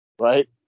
Right